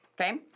Okay